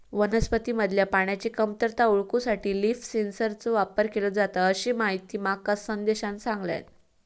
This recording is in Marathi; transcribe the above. वनस्पतींमधल्या पाण्याची कमतरता ओळखूसाठी लीफ सेन्सरचो वापर केलो जाता, अशीताहिती माका संदेशान सांगल्यान